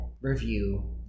review